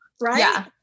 Right